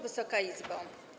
Wysoka Izbo!